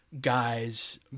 guys